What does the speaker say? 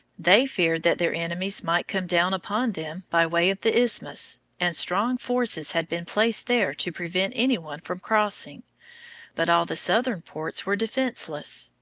they feared that their enemies might come down upon them by way of the isthmus, and strong forces had been placed there to prevent any one from crossing but all the southern ports were defenseless.